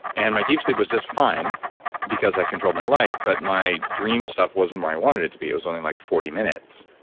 and my deep sleep was just fine because i controlled my light, but my dream stuff wasn't where i wanted it to be. it was only like forty minutes.